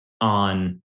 on